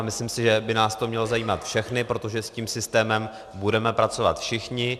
Myslím si, že by nás to mělo zajímat všechny, protože s tím systémem budeme pracovat všichni.